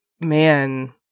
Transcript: man